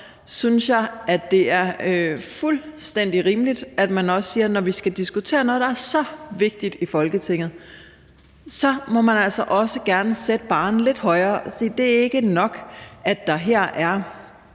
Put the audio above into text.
synes jeg, det er fuldstændig rimeligt, at man siger, at når vi i Folketinget skal diskutere noget, der er så vigtigt, må man altså også gerne sætte barren lidt højere og sige, at det ikke er nok, at der her